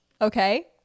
Okay